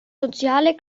soziale